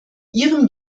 ihrem